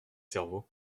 cerveau